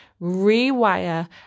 rewire